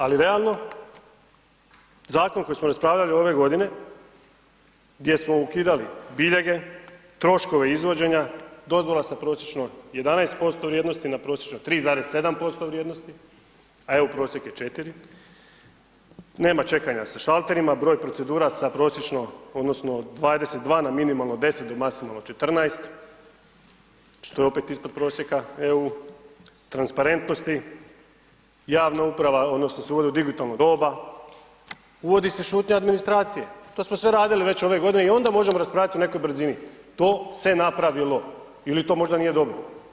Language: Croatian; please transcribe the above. Ali realno, zakon koji smo raspravljali ove godine, gdje smo ukidali biljege, troškove izvođenja dozvola sa prosječno 11% vrijednosti na prosječno 3,7% vrijednosti, a EU prosjek je 4, nema čekanja sa šalterima, broj procedura sa prosječno odnosno 22 na minimalno 10 dok maksimalno 14, što je opet ispod prosjeka EU, transparentnosti, javna uprava odnosno se uvodi u digitalno doba, uvodi se šutnja administracije, to smo sve radili već ove godine i onda možemo raspravljati o nekoj brzini, to se napravilo ili to možda nije dobro.